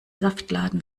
saftladen